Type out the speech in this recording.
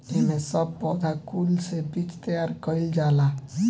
एमे सब पौधा कुल से बीज तैयार कइल जाला